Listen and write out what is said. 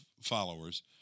followers